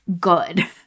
good